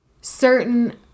Certain